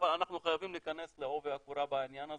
אבל אנחנו חייבים להיכנס לעובי הקורה בעניין הזה,